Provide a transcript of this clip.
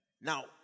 Now